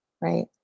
right